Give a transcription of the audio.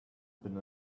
been